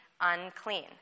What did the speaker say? unclean